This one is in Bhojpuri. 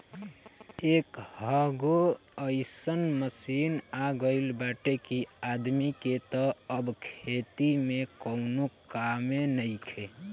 एकहगो अइसन मशीन आ गईल बाटे कि आदमी के तअ अब खेती में कवनो कामे नइखे